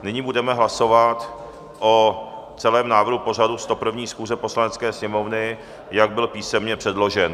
Nyní budeme hlasovat o celém návrhu pořadu 101. schůze Poslanecké sněmovny, jak byl písemně předložen.